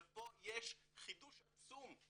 ופה יש חידוש עצום.